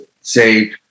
say